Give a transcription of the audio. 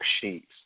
sheets